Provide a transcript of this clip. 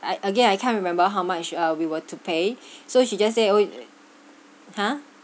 I again I can't remember how much uh we were to pay so she just say !huh!